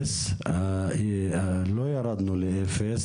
לצערנו לא ירדנו לאפס